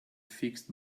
fixed